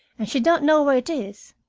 and she don't know where it is.